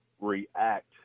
react